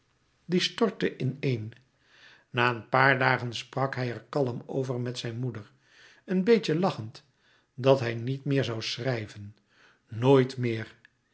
die stortte ineen na een paar dagen sprak hij er kalm over met zijn moeder een beetje lachend dat hij niet meer zoû schrijven nooit meer